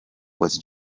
was